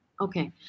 Okay